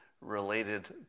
related